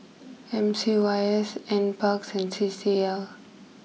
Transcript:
M C Y S N Parks and C C L